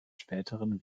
späteren